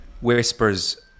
whispers